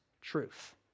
truth